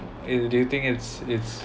you do you think it's it's